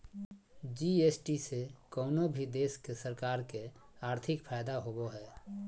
GST से कउनो भी देश के सरकार के आर्थिक फायदा होबो हय